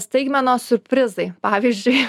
staigmenos siurprizai pavyzdžiui